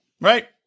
right